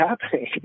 happening